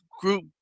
group